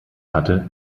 hatte